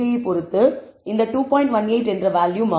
18 என்ற வேல்யூ மாறும்